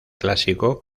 clásico